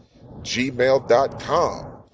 gmail.com